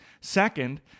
Second